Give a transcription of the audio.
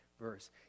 verse